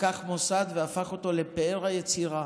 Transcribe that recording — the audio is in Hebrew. לקח מוסד והפך אותו לפאר היצירה